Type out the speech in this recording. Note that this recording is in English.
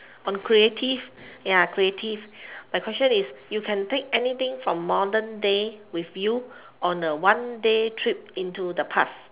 on creative ya creative but question is you can take anything from modern day with you on a one day trip into the past